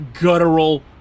guttural